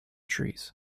trees